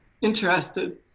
Interested